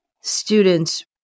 students